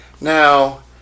Now